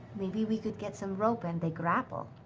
maybe we could get some rope and a grapple.